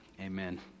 Amen